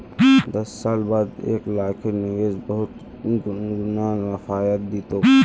दस साल बाद एक लाखेर निवेश बहुत गुना फायदा दी तोक